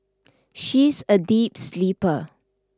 she's a deep sleeper